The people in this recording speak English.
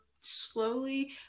slowly